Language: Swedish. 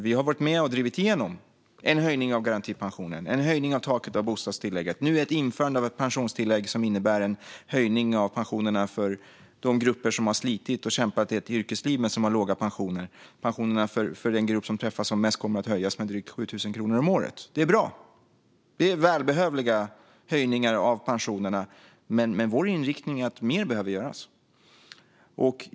Vi har varit med och drivit igenom en höjning av garantipensionen, en höjning av taket i bostadstillägget och nu införandet av ett pensionstillägg som innebär en höjning av pensionerna för de grupper som har slitit och kämpat i ett yrkesliv men som har låga pensioner. Pensionerna för den grupp som träffas som mest kommer att höjas med drygt 7 000 kronor om året. Det är bra. Det är välbehövliga höjningar av pensionerna. Men vår inriktning är att mer behöver göras.